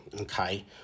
okay